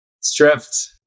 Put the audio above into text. Stripped